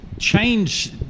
change